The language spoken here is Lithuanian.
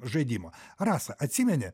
žaidimo rasa atsimeni